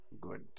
good